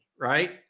Right